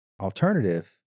alternative